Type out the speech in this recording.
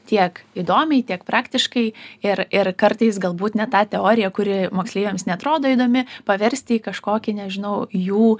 tiek įdomiai tiek praktiškai ir ir kartais galbūt net tą teoriją kuri moksleiviams neatrodo įdomi paversti į kažkokį nežinau jų